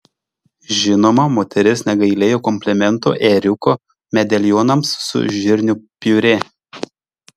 žinoma moteris negailėjo komplimentų ėriuko medalionams su žirnių piurė